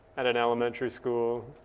at an elementary school?